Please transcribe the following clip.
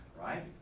Right